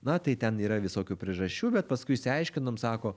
na tai ten yra visokių priežasčių bet paskui išsiaiškinom sako